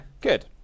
good